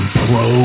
pro